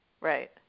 Right